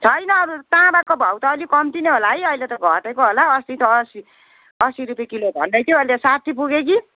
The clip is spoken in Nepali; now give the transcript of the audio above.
छैन अब तामाको भाउ त अलि कम्ती नै होला है अहिले त घटेको होला अस्ति त असी रुपियाँ किलो भन्दै थियो अहिले त साठी पुग्यो कि